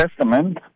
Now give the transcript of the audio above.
Testament